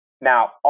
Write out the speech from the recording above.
now